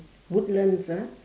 woodlands ah